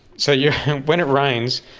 so yeah when it rains,